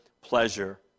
pleasure